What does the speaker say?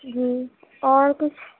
جی اور کچھ